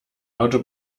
auto